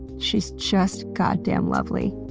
she's just goddamn lovely.